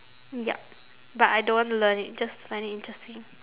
yup but I don't want to learn it just find it interesting